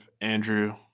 Andrew